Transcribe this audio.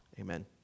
Amen